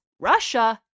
Russia